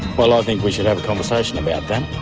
well i think we should have a conversation about that.